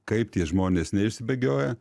kaip tie žmonės neišsibėgioja